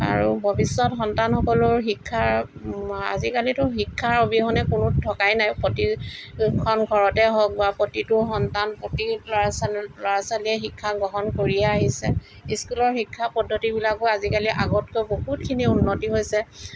আৰু ভৱিষ্যত সন্তানসকলৰ শিক্ষা আজিকালিতো শিক্ষাৰ অবিহনে কোনো থকাই নাই প্ৰতিখন ঘৰতেই হওক বা প্ৰতিটো সন্তান প্ৰতিটো ল'ৰা ছোৱালীয়েই শিক্ষা গ্ৰহণ কৰিয়ে আহিছে স্কুলৰ শিক্ষা পদ্ধতিবিলাকো আজিকালি আগতকৈ বহুতখিনি উন্নতি হৈছে